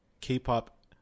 K-pop